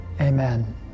amen